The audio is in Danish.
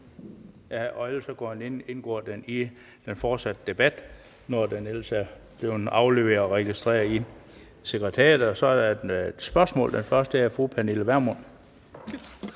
ligeledes indgå i den videre debat, når det ellers er blevet afleveret og registreret i sekretariatet. Så er der spørgsmål, og det er først fra fru Pernille Vermund.